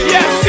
Yes